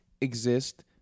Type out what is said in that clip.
exist